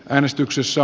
äänestyksissä